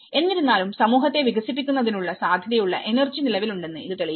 എന്നിരുന്നാലും സമൂഹത്തെ വികസിപ്പിക്കുന്നതിനുള്ള സാധ്യതയുള്ള എനർജി നിലവിലുണ്ടെന്ന് ഇത് തെളിയിക്കുന്നു